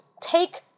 take